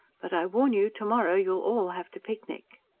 but i warn you, to-morrow you'll all have to picnic!